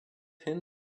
hin